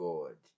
God